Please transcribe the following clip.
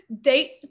date